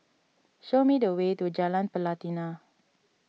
show me the way to Jalan Pelatina